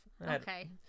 Okay